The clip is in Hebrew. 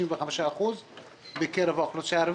65% בקרב האוכלוסייה הערבית,